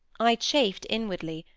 i chafed inwardly,